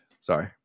Sorry